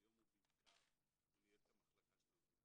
והיום הוא ניהל את החלקה של המבוגרים.